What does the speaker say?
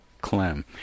Clem